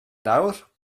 nawr